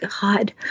God